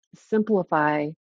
simplify